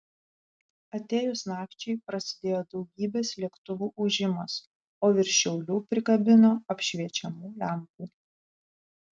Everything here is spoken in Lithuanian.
atėjus nakčiai prasidėjo daugybės lėktuvų ūžimas o virš šiaulių prikabino apšviečiamų lempų